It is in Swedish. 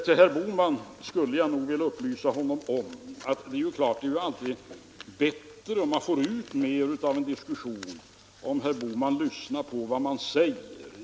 Herr Bohman skulle jag nog vilja upplysa om att man alltid får ut mera av en diskussion, om man lyssnar på vad den andre säger.